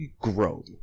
Grow